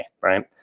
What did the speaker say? right